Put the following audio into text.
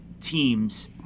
teams